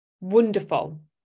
Wonderful